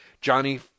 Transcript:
Johnny—